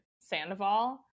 Sandoval